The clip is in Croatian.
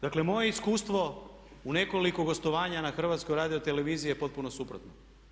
Dakle, moje iskustvo u nekoliko gostovanja na HRT-u je potpuno suprotno.